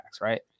Right